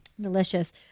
delicious